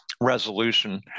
resolution